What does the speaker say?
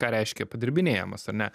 ką reiškia padirbinėjamas ane